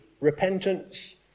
repentance